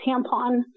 tampon